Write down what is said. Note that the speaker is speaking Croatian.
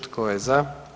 Tko je za?